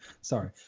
sorry